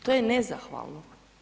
To je nezahvalno.